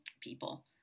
people